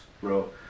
bro